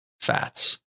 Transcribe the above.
fats